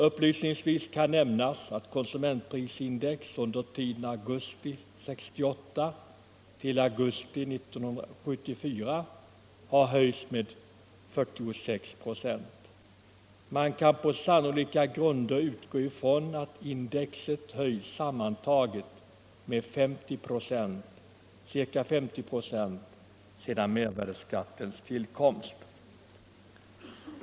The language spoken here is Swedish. Upplysningsvis kan nämnas att konsumentprisindex under tiden augusti 1968-augusti 1974 har höjts med 46 procent. Man kan på sannolika grunder utgå ifrån att index höjts sammantaget med ca 50 procent sedan mervärdeskattens tillkomst.